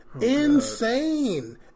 Insane